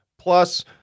plus